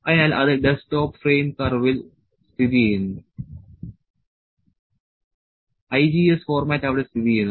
അതിനാൽ അത് desktop frame കർവിൽ സ്ഥിതിചെയ്യുന്നു IGES ഫോർമാറ്റ് അവിടെ സ്ഥിതിചെയ്യുന്നു